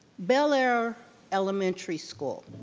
bel air elementary school,